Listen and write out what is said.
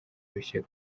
rushya